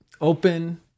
open